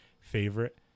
favorite